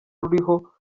ruriho